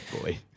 boy